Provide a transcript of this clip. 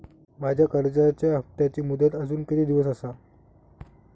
माझ्या कर्जाचा हप्ताची मुदत अजून किती दिवस असा?